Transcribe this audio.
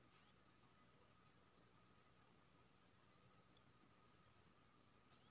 angel निवेशक केर व्यापार दूत या अनौपचारिक निवेशक कहल जाइ छै